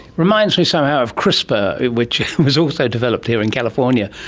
reminds me somehow of crispr which was also developed here in california,